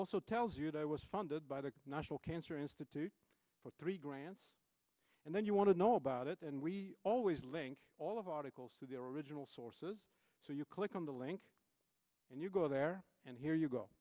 also tells you there was funded by the national cancer institute for three grants and then you want to know about it and we always link all of articles to the original sources so you click on the link and you go there and here you go